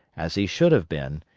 as he should have been,